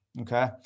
Okay